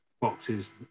boxes